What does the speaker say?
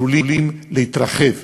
עלולים להתרחב.